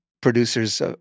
producers